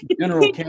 General